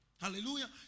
Hallelujah